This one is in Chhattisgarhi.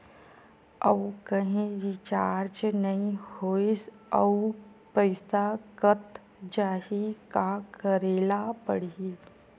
आऊ कहीं रिचार्ज नई होइस आऊ पईसा कत जहीं का करेला पढाही?